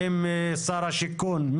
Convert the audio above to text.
האם שר השיכון,